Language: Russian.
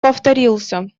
повторился